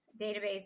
database